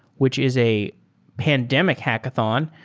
which is a pandemic hackathon.